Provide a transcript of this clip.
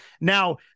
Now